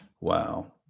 Wow